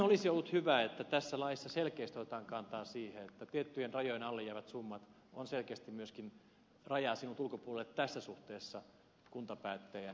olisi ollut hyvä että tässä laissa selkeästi otetaan kantaa siihen että tiettyjen rajojen alle jäävät summat selkeästi myöskin rajaavat sinut ulkopuolelle tässä suhteessa kuntapäättäjänä